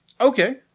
Okay